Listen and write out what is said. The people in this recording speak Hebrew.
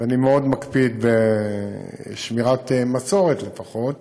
ואני מאוד מקפיד על שמירת מסורת לפחות,